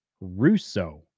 Russo